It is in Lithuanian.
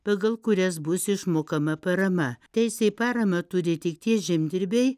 pagal kurias bus išmokama parama teisę į paramą turi tik tie žemdirbiai